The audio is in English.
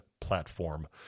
platform